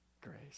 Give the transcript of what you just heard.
grace